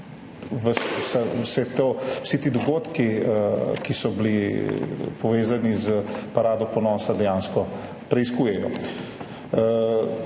se vsi ti dogodki, ki so bili povezani s Parado ponosa, dejansko preiskujejo.